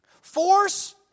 Force